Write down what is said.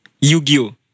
Yu-Gi-Oh